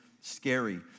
scary